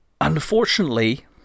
Unfortunately